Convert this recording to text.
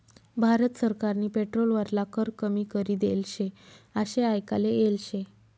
भारत सरकारनी पेट्रोल वरला कर कमी करी देल शे आशे आयकाले येल शे